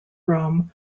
rome